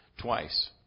twice